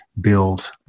build